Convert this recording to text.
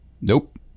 Nope